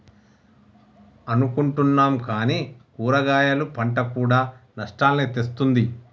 అనుకుంటున్నాం కానీ కూరగాయలు పంట కూడా నష్టాల్ని తెస్తుంది